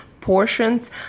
portions